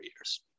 years